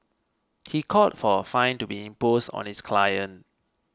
he called for a fine to be imposed on his client